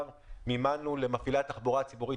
לגבי סיטיפס יש, לצערי.